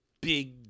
big